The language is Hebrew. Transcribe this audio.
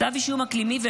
כתב אישום אקלימי.